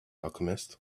alchemist